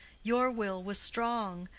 your will was strong,